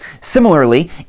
similarly